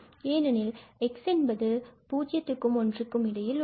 ஏனெனில் x என்பது 0 1 க்கும் இடையில் உள்ளது